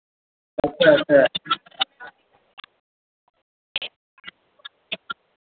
अच्छा अच्छा